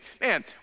Man